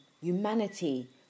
humanity